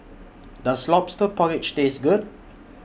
Does Lobster Porridge Taste Good